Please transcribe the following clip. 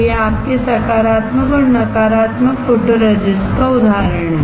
तो यह आपके सकारात्मक और नकारात्मक फोटोरेसिस्ट का उदाहरण है